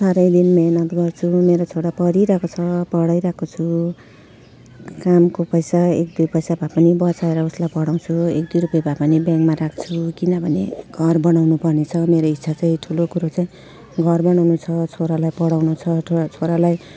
साह्रै दिन मेहनत गर्छु मेरो छोरा पढिरहेको छ पढाइरहेको छु कामको पैसा एक दुई पैसा भए पनि बचाएर उसलाई पढाउँछु एक दुई रुप्पे भए पनि ब्याङ्कमा राख्छु किनभने घर बनाउनु पर्ने छ मेरो इच्छा चाहिँ ठुलो कुरो चाहिँ घर बनाउनु छ छोरालाई पढाउनु छ ठु छोरालाई